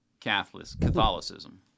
Catholicism